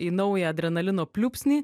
į naują adrenalino pliūpsnį